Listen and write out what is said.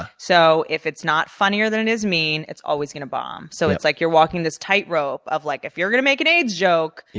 ah so if it's not funnier than it is mean, it's always going to bomb. so it's like you're walking this tightrope of, like, if you're going to make an aids joke,